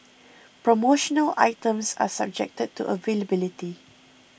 promotional items are subjected to availability